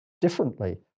differently